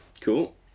Cool